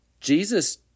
Jesus